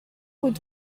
would